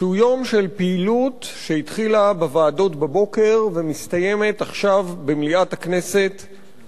שהוא יום של פעילות שהתחילה בוועדות בבוקר ומסתיימת במליאת הכנסת עכשיו,